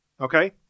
Okay